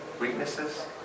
weaknesses